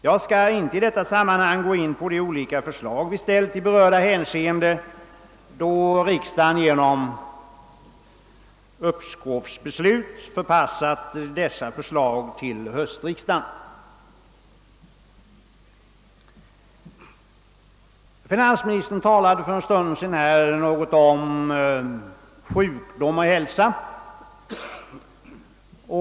Jag skall inte i detta sammanhang gå in på de olika förslag vi ställt i berörda hänseende, eftersom riksdagen genom uppskovsbeslut förpassat dessa förslag till höstriksdagen. Finansministern talade för en stund sedan något om sjukdom och hälsa.